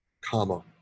comma